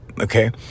okay